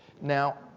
Now